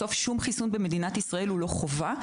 שום חיסון במדינה הוא לא חובה,